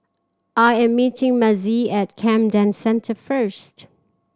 I am meeting Mazie at Camden Centre first